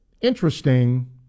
Interesting